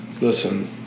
Listen